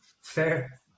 Fair